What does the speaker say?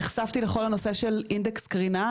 נחשפתי לכל הנושא של אינדקס קרינה,